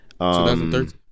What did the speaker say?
2013